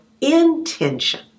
intention